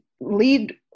lead